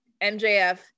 MJF